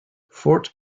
fort